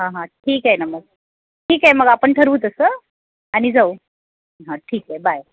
हां हां ठीक आहे ना मग ठीक आहे मग आपण ठरवू तसं आणि जाऊ हां ठीक आहे बाय